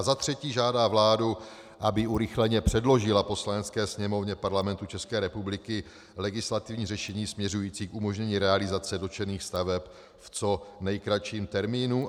Za třetí žádá vládu, aby urychleně předložila Poslanecké sněmovně Parlamentu České republiky legislativní řešení směřující k umožnění realizace dotčených staveb v co nejkratším termínu.